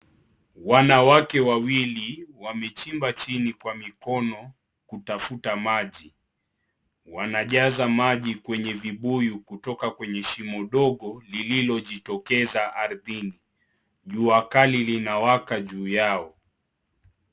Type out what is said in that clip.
Wanawake wawili wamechimba chini kwa mikono kutafuta maji. Wanajaza maji kwenye vibuyu kutoka kwenye shimo dogo lililojitokeza ardhini. Jua kali linawaka juu yao.